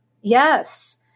Yes